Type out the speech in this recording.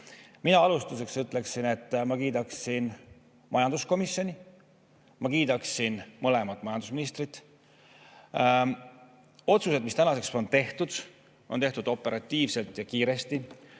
Mina alustuseks kiidaksin majanduskomisjoni ja ma kiidaksin mõlemat majandusministrit. Otsused, mis seni on tehtud, on tehtud operatiivselt ja kiiresti,